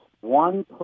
one